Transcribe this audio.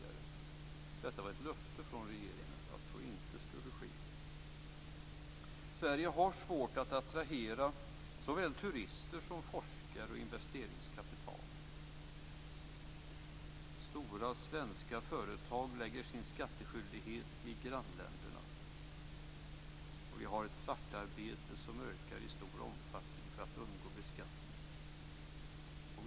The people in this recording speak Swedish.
Men det var ju ett löfte från regeringen att så inte skulle ske. Sverige har svårt att attrahera såväl turister som forskare och investeringskapital. Stora svenska företag lägger sin skattskyldighet i grannländerna. Svartarbetet ökar i stor omfattning; detta för att undgå beskattning.